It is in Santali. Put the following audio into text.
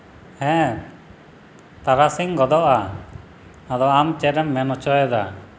ᱦᱮᱸ ᱛᱟᱨᱟᱥᱤᱧ ᱜᱚᱫᱚᱜᱼᱟ ᱟᱫᱚ ᱟᱢ ᱪᱮᱫ ᱮᱢ ᱢᱮᱱ ᱦᱚᱪᱚᱭᱮᱫᱟ